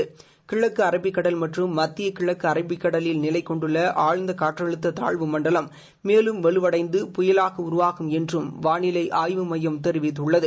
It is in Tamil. இந்நிலையில் கிழக்கு அரபிக்கடல் மற்றும் மத்திய கிழக்கு அரபிக்கடலில் நிலை கொண்டுள்ள ஆழ்ந்த காற்றழுத்த தாழ்வுமண்டலம் மேலும் வலுவடைந்து புயலாக உருவாகும் என்றும் வானிலை ஆய்வு மையம் தெரிவித்துள்ளது